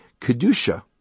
kedusha